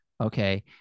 Okay